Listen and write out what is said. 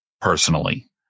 personally